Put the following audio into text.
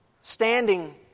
standing